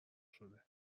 شده